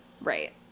Right